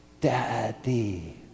Daddy